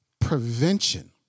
prevention